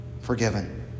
forgiven